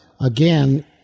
again